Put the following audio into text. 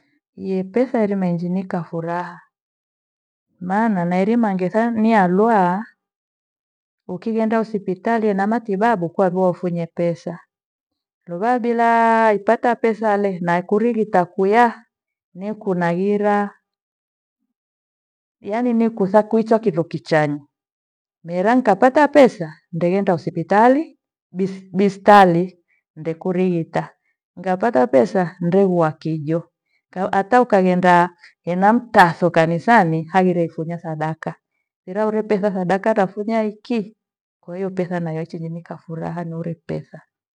Yie pesa erimanjinika furaha. Maana nairima ngethamia lua ukighenda hospitali ena matibabu kwarua ufunye pesa. Ndobabila ipata pesa hale nakuirigita kuya nikunahira yaani ni kwitha kwicha kitho kichani. Mira nikaapata pesa ndeghenda hospitali bi- bistali ndekurighita ngapata pesa ndeghua kijo. Hata ukaghenda enamtatho kanisani hagire ifunya sadaka, mira ule petha sadaka nafunya hiki kwahiyo pesa nayoichinyinyika furaha nihore pesa.